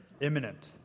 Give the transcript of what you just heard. imminent